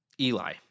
Eli